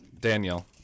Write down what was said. Daniel